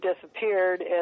disappeared